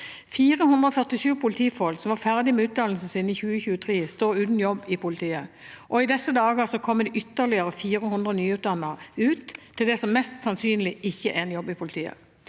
447 politifolk som var ferdige med utdannelsen sin i 2023, som står uten jobb i politiet. I disse dager kommer det ytterligere 400 nyutdannede ut til det som mest sannsynlig ikke er en jobb i politiet.